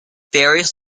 various